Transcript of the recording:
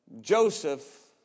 Joseph